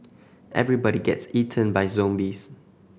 everybody gets eaten by zombies